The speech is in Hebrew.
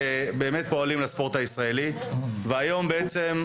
ששם יש אלימות פי 90 ממה שקורה באירועים המצולמים ואף אחד לא עושה כלום,